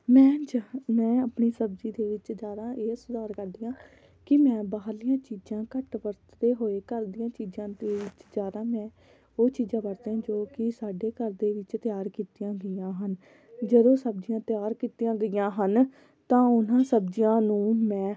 ਮੈਂ ਜਹ ਮੈਂ ਆਪਣੀ ਸਬਜ਼ੀ ਦੇ ਵਿੱਚ ਜ਼ਿਆਦਾ ਇਹ ਸੁਧਾਰ ਕਰਦੀ ਹਾਂ ਕਿ ਮੈਂ ਬਾਹਰਲੀਆਂ ਚੀਜ਼ਾਂ ਘੱਟ ਵਰਤਦੇ ਹੋਏ ਘਰ ਦੀਆਂ ਚੀਜ਼ਾਂ ਅਤੇ ਜ਼ਿਆਦਾ ਮੈਂ ਉਹ ਚੀਜ਼ਾਂ ਵਰਤਣ ਜੋ ਕਿ ਸਾਡੇ ਘਰ ਦੇ ਵਿੱਚ ਤਿਆਰ ਕੀਤੀਆਂ ਗਈਆਂ ਹਨ ਜਦੋਂ ਸਬਜ਼ੀਆਂ ਤਿਆਰ ਕੀਤੀਆਂ ਗਈਆਂ ਹਨ ਤਾਂ ਉਹਨਾਂ ਸਬਜ਼ੀਆਂ ਨੂੰ ਮੈਂ